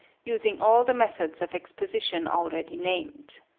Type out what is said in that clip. using all the methods of exposition already named.